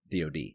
DOD